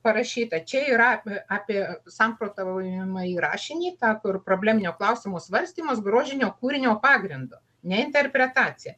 parašyta čia yra apie samprotaujamąjį rašinį tą kur probleminio klausimo svarstymas grožinio kūrinio pagrindu ne interpretacija